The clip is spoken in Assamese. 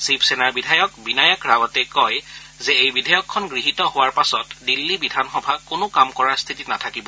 শিৱসেনাৰ বিধায়ক বিনায়ক ৰাৱটে কয় যে এই বিধেয়কখন গৃহীত হোৱাৰ পাছত দিল্লী বিধান সভাত কোনো কাম কৰাৰ স্থিতিত নাথাকিব